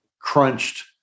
Crunched